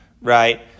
right